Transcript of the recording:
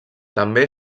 també